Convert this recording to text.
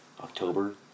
October